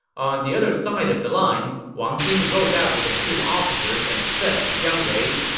on the other side of the lines, wang jing rode out with a few officers and said to jiang wei,